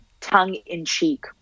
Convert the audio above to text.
tongue-in-cheek